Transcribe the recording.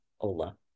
Ola